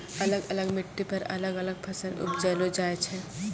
अलग अलग मिट्टी पर अलग अलग फसल उपजैलो जाय छै